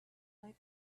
like